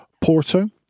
Porto